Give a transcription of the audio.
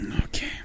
Okay